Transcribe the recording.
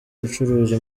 ubucuruzi